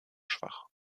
schwach